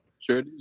Sure